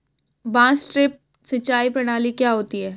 बांस ड्रिप सिंचाई प्रणाली क्या होती है?